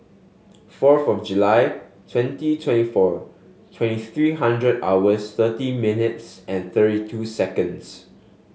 fourth of July twenty twenty four twenty three hundred hours thirty minutes and thirty two seconds